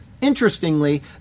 Interestingly